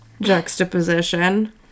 juxtaposition